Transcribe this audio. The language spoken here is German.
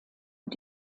und